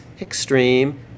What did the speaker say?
extreme